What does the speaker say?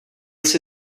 jsi